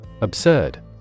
Absurd